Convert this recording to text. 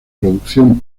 producción